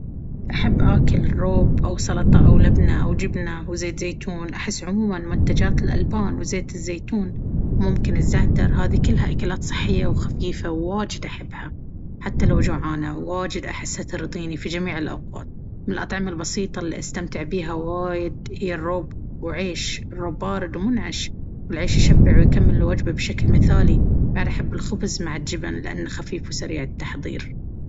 أحب آكل روب أو سلطة أو لبنة أو جبنة وزيت زيتون أحس عموما منتجات الألبان وزيت الزيتون وممكن الزعتر هذي كلها أكلات صحية وخفيفة وواجد أحبها حتى لو جوعانة واجد احسها ترضيني في جميع الأوقات. من الأطعمة البسيطة اللي أستمتع بيها وايد هي الروب وعيش. الروب بارد ومنعش، والعيش يشبع ويكمل الوجبة بشكل مثالي. بعد أحب الخبز مع الجبن، لأنه خفيف وسريع التحضير.